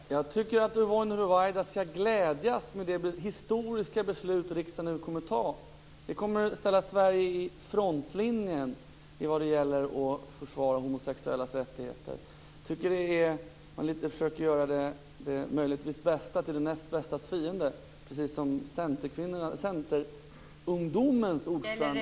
Fru talman! Jag tycker att Yvonne Ruwaida skall glädjas med det historiska beslut som riksdagen nu kommer att fatta. Det ställer Sverige i frontlinjen när det gäller att försvara homosexuellas rättigheter. Jag tycker att man försöker göra det bästa till det näst bästas fiende precis som centerungdomens ordförande ...